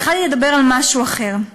אבל החלטתי לדבר על משהו אחר,